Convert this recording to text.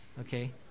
okay